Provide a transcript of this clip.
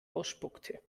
ausspuckte